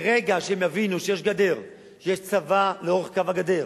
ברגע שהם יבינו שיש גדר, שיש צבא לאורך קו הגדר,